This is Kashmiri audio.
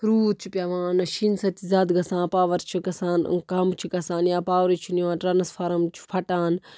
روٗد چھُ پٮ۪وان نَہ شیٖنہٕ سۭتۍ چھِ زیادٕ گژھان پاوَر چھُ گژھان کَم چھُ گژھان یا پاورٕے چھُنہٕ یِوان ٹرٛانَسفارَم چھُ پھَٹان